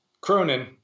Cronin